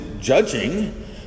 judging